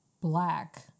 black